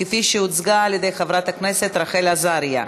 כפי שהוצגה על-ידי חברת הכנסת רחל עזריה.